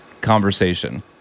conversation